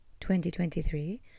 2023